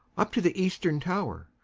up to the eastern tower,